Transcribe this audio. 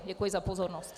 Děkuji za pozornost.